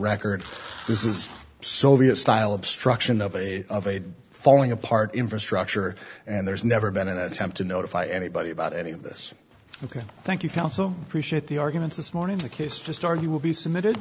record this is soviet style obstruction of a of a falling apart infrastructure and there's never been an attempt to notify anybody about any of this ok thank you feel so shit the arguments this morning the case to start he will be submitted